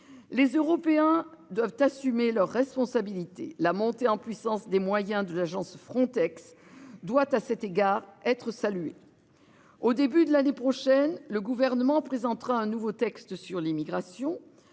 Les Européens doivent assumer leurs responsabilités. La montée en puissance des moyens de l'agence Frontex doit à cet égard être salué. Au début de l'année prochaine, le gouvernement présentera un nouveau texte sur l'immigration.